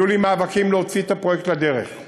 היו לי מאבקים להוציא את הפרויקט לדרך.